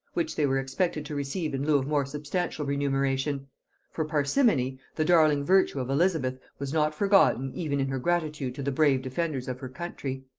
which they were expected to receive in lieu of more substantial remuneration for parsimony, the darling virtue of elizabeth, was not forgotten even in her gratitude to the brave defenders of her country.